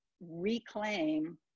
reclaim